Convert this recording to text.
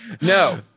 No